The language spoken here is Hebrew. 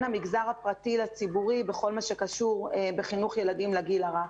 המגזר הפרטי לציבורי כל מה שקשור בחינוך ילדים לגיל הרך.